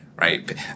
right